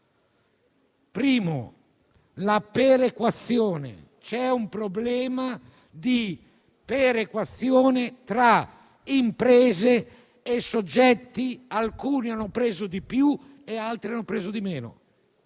della perequazione. Esiste un problema di perequazione tra imprese e soggetti: alcuni hanno preso di più e altri hanno preso di meno.